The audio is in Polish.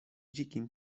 dzikim